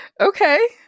okay